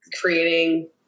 creating